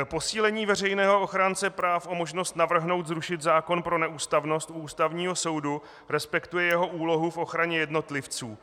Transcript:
Posílení veřejného ochránce práv o možnost navrhnout zrušit zákon pro neústavnost u Ústavního soudu respektuje jeho úlohu v ochraně jednotlivců.